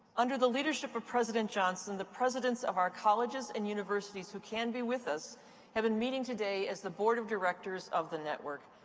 under the leadership of president johnson, the presidents of our colleges and universities who can be with us have been meeting today as the board of directors of the network.